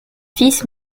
fils